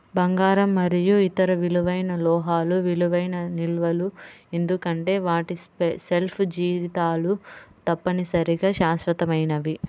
బంగారం మరియు ఇతర విలువైన లోహాలు విలువైన నిల్వలు ఎందుకంటే వాటి షెల్ఫ్ జీవితాలు తప్పనిసరిగా శాశ్వతమైనవి